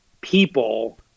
people